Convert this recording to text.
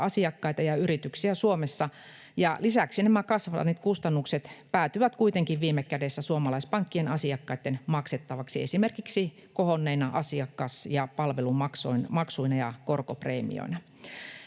asiakkaita ja yrityksiä Suomessa. Lisäksi nämä kasvaneet kustannukset päätyvät kuitenkin viime kädessä suomalaispankkien asiakkaitten maksettavaksi esimerkiksi kohonneina asiakas- ja palvelumaksuina ja korkopreemioina.